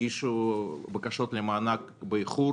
שהגישו בקשות למענק באיחור